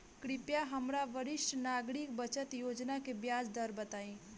कृपया हमरा वरिष्ठ नागरिक बचत योजना के ब्याज दर बताई